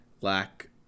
lack